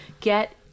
get